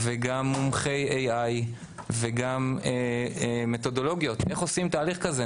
גם מומחי AI וגם מתודולוגיות איך עושים תהליך כזה.